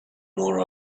more